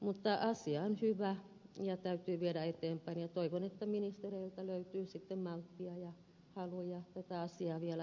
mutta asia on hyvä ja sitä täytyy viedä eteenpäin ja toivon että ministereiltä löytyy sitten malttia ja haluja tätä asiaa vielä edelleen kehittää